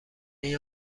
این